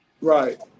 Right